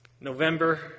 November